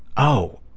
oh,